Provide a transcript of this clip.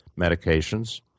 medications